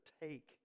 take